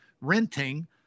renting